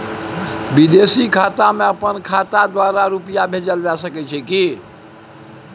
विदेशी खाता में अपन खाता द्वारा रुपिया भेजल जे सके छै की?